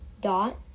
dot